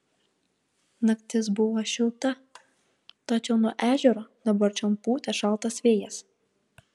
naktis buvo šilta tačiau nuo ežero dabar čion pūtė šaltas vėjas